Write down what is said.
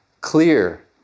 Clear